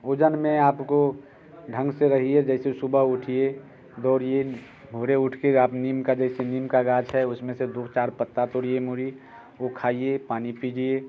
ओज़न में आपको ढंग से रहिए जैसे सुबह उठिए दौड़िए भोर उठ के आप नीम का जैसे नीम का गांछ है उस में से दो चार पत्ता तोड़िए मुड़ी वो खाइए पानी पीजिए